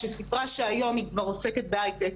שסיפרה שהיום היא כבר עוסקת בהיי טק,